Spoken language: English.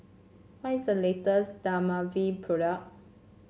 what is the latest Dermaveen product